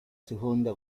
seconda